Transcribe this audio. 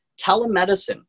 telemedicine